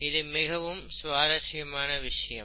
இது மிகவும் சுவாரசியமான விஷயம்